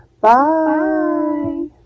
Bye